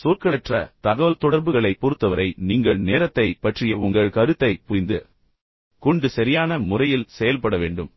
சொற்களற்ற தகவல்தொடர்புகளைப் பொறுத்தவரை நீங்கள் நேரத்தைப் பற்றிய உங்கள் கருத்தைப் புரிந்துகொண்டு சரியான முறையில் செயல்பட வேண்டும்